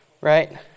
Right